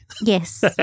Yes